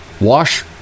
Wash